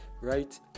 right